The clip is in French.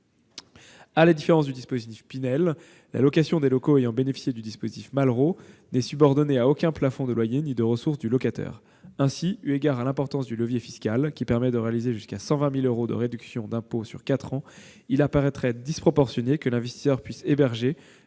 À la différence du dispositif Pinel, la location des locaux ayant bénéficié du Malraux n'est subordonnée à aucun plafond de loyer ni de ressources du locataire. Ainsi, eu égard à l'importance du levier fiscal qui permet de réaliser jusqu'à 120 000 euros de réduction d'impôt sur quatre ans, il apparaîtrait disproportionné que l'investisseur puisse héberger,